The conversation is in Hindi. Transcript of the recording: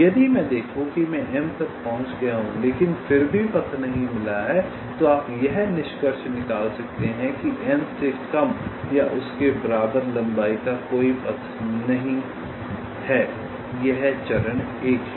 यदि मैं देखूं कि मैं M तक पहुँच गया हूँ लेकिन फिर भी पथ नहीं मिला है तो आप यह निष्कर्ष निकाल सकते हैं कि M से कम या उसके बराबर लंबाई का कोई पथ नहीं यह है यह चरण 1 है